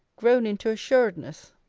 grown into assuredness,